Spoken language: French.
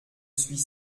suis